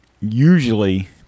Usually